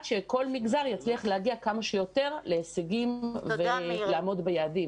שכל מגזר יצליח להגיע כמה שיותר להישגים ולעמוד ביעדים.